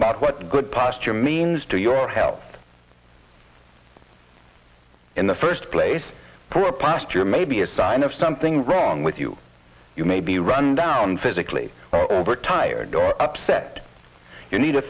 about what good posture means to your health in the first place for a past year may be a sign of something wrong with you you may be run down physically overtired or upset you need a